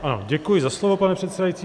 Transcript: Ano, děkuji za slovo, pane předsedající.